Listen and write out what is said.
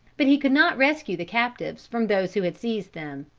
but he could not rescue the captives from those who had seized them.